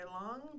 long